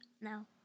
No